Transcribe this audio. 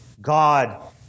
God